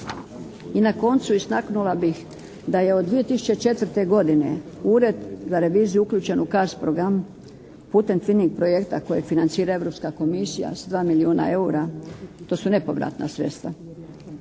I na koncu istaknula bih da je od 2004. godine Ured za reviziju uključen u CARDS program putem … projekta kojeg financira Europska komisija s dva milijuna eura. To su nepovratna sredstva.